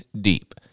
deep